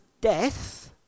death